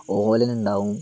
ഓലന് ഉണ്ടാവും